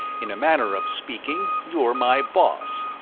in a manner of speaking, you're my boss.